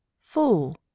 Fool